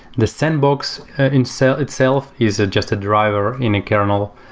the sandbox and so itself is just a driver in a kernel.